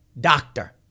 doctor